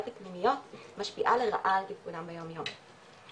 אקלימיות משפיעה לרעה על תפקודם ביום יום.